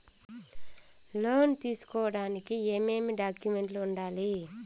లోను తీసుకోడానికి ఏమేమి డాక్యుమెంట్లు ఉండాలి